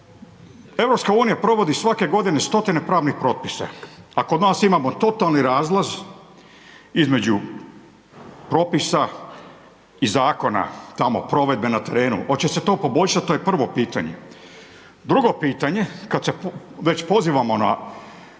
i kolege. EU provodi svake godine stotine pravnih propisa, a kod nas imamo totalni razlaz između propisa i zakona tamo provedbe na terenu, hoće se to poboljšati to je prvo pitanje. Drugo pitanje, kada se već pozivamo na